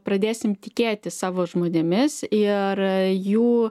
pradėsim tikėti savo žmonėmis ir jų